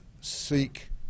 seek